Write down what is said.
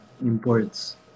imports